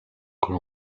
con